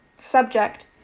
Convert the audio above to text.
Subject